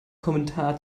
kommentar